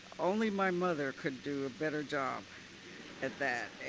only my mother could do a better job at that.